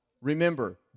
Remember